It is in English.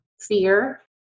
fear